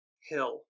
hill